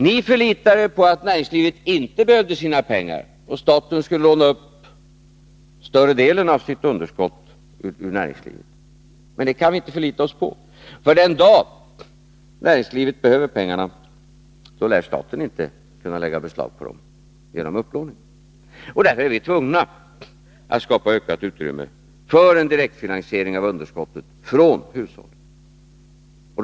Ni förlitade er på att näringslivet inte behövde sina pengar, och staten skulle betala större delen av underskottet genom att låna ur näringslivet. Men det kan vi inte förlita oss på, för den dag näringslivet behöver pengarna lär staten inte kunna lägga beslag på dem genom upplåning. Därför är vi tvungna att ha ökat utrymme för en direktfinansiering av underskottet från hushållen.